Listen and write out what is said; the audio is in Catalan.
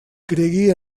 cregui